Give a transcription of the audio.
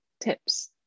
tips